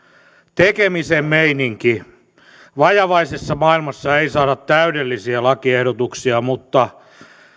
tekemisen meininki vajavaisessa maailmassa ei saada täydellisiä lakiehdotuksia mutta